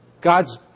God's